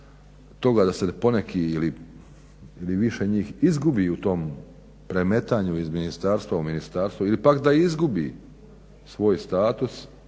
da se poneki ili više njih izgubi u tom premetanju iz ministarstva u ministarstvo ili pak da izgubi svoj status